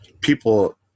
people